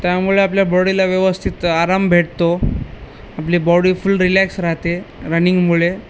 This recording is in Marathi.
त्यामुळे आपल्या बॉडीला व्यवस्थित आराम भेटतो आपली बॉडी फुल रिलॅक्स राहते रनिंग मुळे